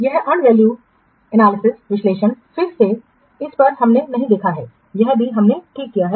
यह earned value विश्लेषण फिर से इस पर हमने नहीं देखा है यह भी हमने ठीक किया है